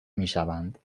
میشوند